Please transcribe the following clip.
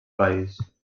país